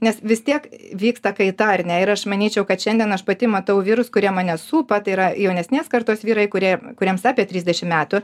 nes vis tiek vyksta kaita ar ne ir aš manyčiau kad šiandien aš pati matau vyrus kurie mane supa tai yra jaunesnės kartos vyrai kurie kuriems apie trisdešim metų